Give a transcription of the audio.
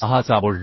6 चा बोल्ट